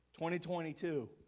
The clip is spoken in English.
2022